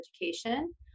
education